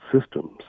systems